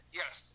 yes